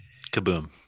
kaboom